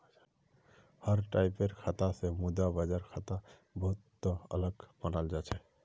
हर टाइपेर खाता स मुद्रा बाजार खाता बहु त अलग मानाल जा छेक